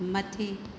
मथे